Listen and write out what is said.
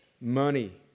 Money